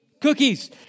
Cookies